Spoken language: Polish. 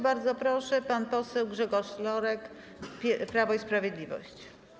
Bardzo proszę, pan poseł Grzegorz Lorek, Prawo i Sprawiedliwość.